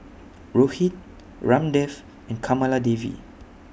Rohit Ramdev and Kamaladevi